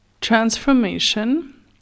transformation